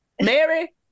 Mary